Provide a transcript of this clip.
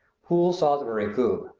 pool-salisbury koob,